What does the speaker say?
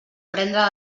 prendre